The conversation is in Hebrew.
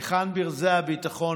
היכן ברזי הביטחון,